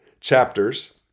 chapters